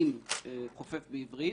מתאים חופף בעבריית.